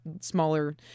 smaller